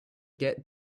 get